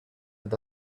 with